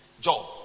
job